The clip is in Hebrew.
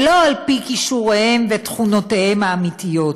ולא על פי כישוריהם ותכונותיהם האמיתיות.